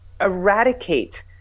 eradicate